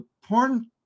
porn